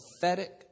pathetic